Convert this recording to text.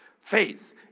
faith